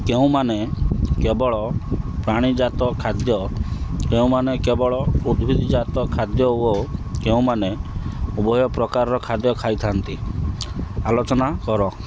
କେଉଁମାନେ କେବଳ ପ୍ରାଣୀଜାତ ଖାଦ୍ୟ କେଉଁମାନେ କେବଳ ଉଦ୍ଭିଦଜାତ ଖାଦ୍ୟ ଓ କେଉଁମାନେ ଉଭୟ ପ୍ରକାରର ଖାଦ୍ୟ ଖାଇଥାନ୍ତି ଆଲୋଚନା କର